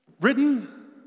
Written